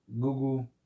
Google